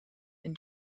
and